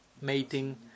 Mating